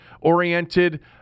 oriented